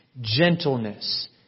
Gentleness